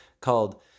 called